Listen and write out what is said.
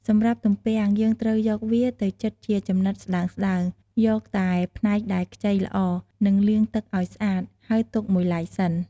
សម្រាប់់ទំពាំង យើងត្រូវយកវាទៅចិតជាចំណិតស្ដើងៗ យកតែផ្នែកដែលខ្ចីល្អ និងលាងទឹកឱ្យស្អាត ហើយទុកមួយឡែកសិន។